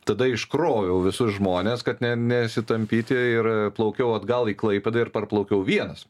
tada iškroviau visus žmones kad ne nesitampyti ir plaukiau atgal į klaipėdą ir parplaukiau vienas